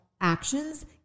actions